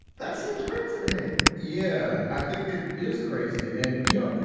that seems crazy to me yeah, i think it is crazy. and you know,